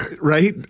Right